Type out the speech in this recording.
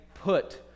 put